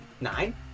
Nine